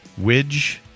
Widge